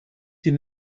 sie